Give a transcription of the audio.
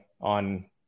on